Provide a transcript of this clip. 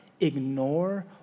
ignore